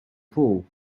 pool